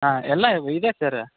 ಹಾಂ ಎಲ್ಲವು ಇದೆ ಸರ್